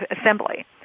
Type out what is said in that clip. assembly